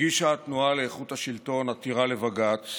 הגישה התנועה לאיכות השלטון עתירה לבג"ץ